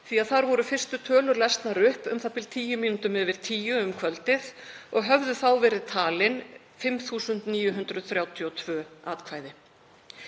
því þar voru fyrstu tölur lesnar upp u.þ.b. tíu mínútum yfir tíu um kvöldið og höfðu þá verið talin 5.932 atkvæði.